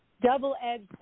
double-edged